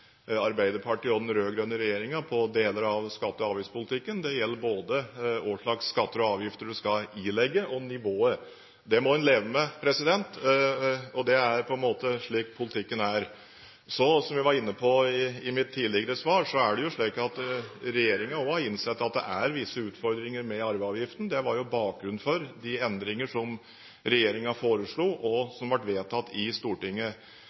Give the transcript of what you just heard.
Arbeiderpartiet og den rød-grønne regjeringen i deler av skatte- og avgiftspolitikken. Det gjelder både hva slags skatter og avgifter en skal ilegge, og nivået. Det må en leve med. Det er på en måte slik politikken er. Som jeg var inne på i mitt tidligere svar, er det slik at regjeringen også har innsett at det er visse utfordringer med arveavgiften. Det var jo bakgrunnen for de endringer som regjeringen foreslo, og som ble vedtatt i Stortinget.